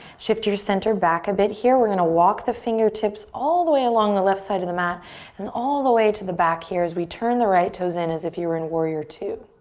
shift your center back a bit here. we're gonna walk the fingertips all the way along the left side of the mat and all the way to the back here as we turn the right toes in as if you were in warrior ii.